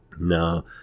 No